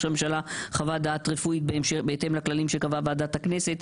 הממשלה חוות דעת רפואית בהתאם לכללים שקבעה ועדת הכנסת',